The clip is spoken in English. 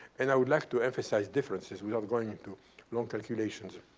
and i would like to emphasize differences without going into long calculations.